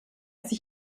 sich